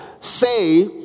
say